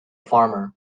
farmer